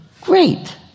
Great